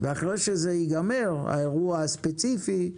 ואחרי שזה ייגמר האירוע הספציפי,